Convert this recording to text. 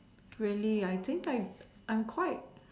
really I think I I am quite